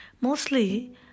mostly